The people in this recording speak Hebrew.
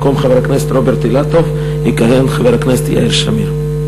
ישראל ביתנו: במקום חבר הכנסת רוברט אילטוב יכהן חבר הכנסת יאיר שמיר.